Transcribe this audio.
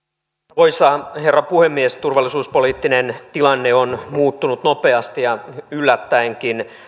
arvoisa herra puhemies turvallisuuspoliittinen tilanne on muuttunut nopeasti ja yllättäenkin on